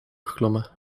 geklommen